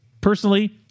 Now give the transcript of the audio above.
personally